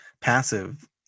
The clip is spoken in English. Passive